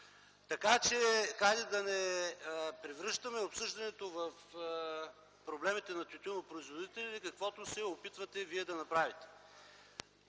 Така че хайде да не превръщаме обсъждането на проблемите на тютюнопроизводителите, каквото се опитвате Вие да направите.